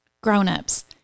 Grown-ups